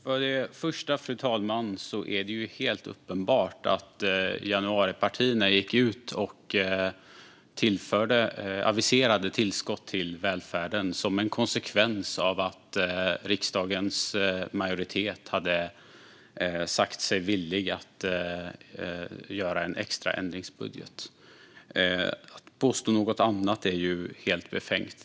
Fru talman! Först och främst är det helt uppenbart att januaripartierna gick ut och aviserade tillskott till välfärden som en konsekvens av att riksdagens majoritet hade sagt sig vara villig att göra en extra ändringsbudget. Att påstå något annat är helt befängt.